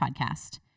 podcast